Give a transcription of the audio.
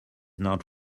not